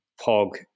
Pog